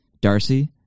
Darcy